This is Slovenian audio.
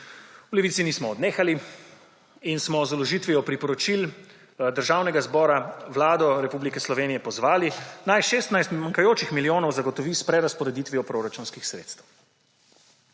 V Levici nismo odnehali in smo z vložitvijo priporočil Državnega zbora Vlado Republike Slovenije pozvali naj 16 manjkajočih milijonov zagotovi s prerazporeditvijo proračunskih sredstev.